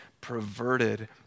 perverted